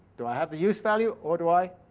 do i have the use-value, or do i